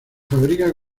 fabrica